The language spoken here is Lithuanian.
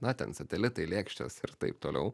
na ten satelitai lėkštės ir taip toliau